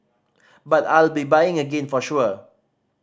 but I'll be buying again for sure